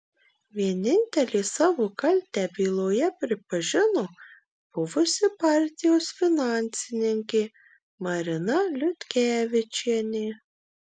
vienintelė savo kaltę byloje pripažino buvusi partijos finansininkė marina liutkevičienė